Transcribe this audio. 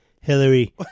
Hillary